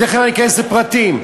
תכף אני אכנס לפרטים.